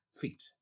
feet